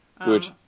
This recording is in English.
good